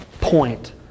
point